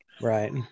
right